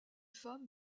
femme